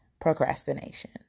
procrastination